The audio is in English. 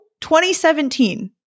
2017